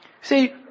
See